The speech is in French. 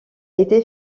été